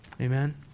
Amen